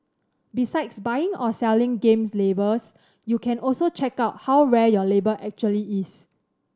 besides buying or selling game labels you can also check out how rare your label actually is